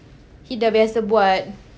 he dah biasa buat